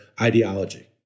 ideology